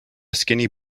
skinny